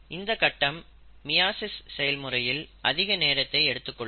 இந்தக் கட்டம் meiosis cell முறையில் அதிக நேரத்தை எடுத்துக்கொள்ளும்